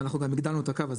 ואנחנו הקדמנו את הקו הזה,